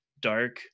dark